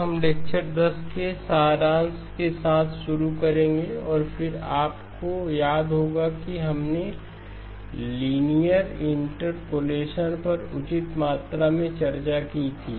हम लेक्चर 10 के सारांश के साथ शुरू करेंगे और फिर आपको याद होगा कि हमने लिनियर इंटरपोलेशन पर उचित मात्रा में चर्चा की थी